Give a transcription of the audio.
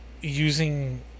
Using